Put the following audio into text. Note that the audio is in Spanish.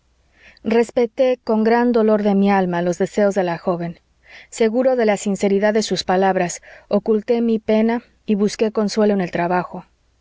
respeté con gran dolor de mi alma los deseos de la joven seguro de la sinceridad de sus palabras oculté mi pena y busqué consuelo en el trabajo